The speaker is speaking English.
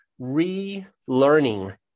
relearning